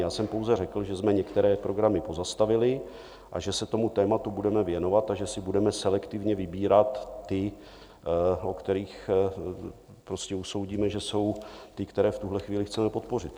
Já jsem pouze řekl, že jsme některé programy pozastavili, že se tomu tématu budeme věnovat a že si budeme selektivně vybírat ty, o kterých usoudíme, že jsou ty, které v tuhle chvíli chceme podpořit.